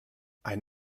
ein